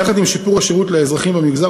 יחד עם שיפור השירות לאזרחים במגזר,